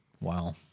Wow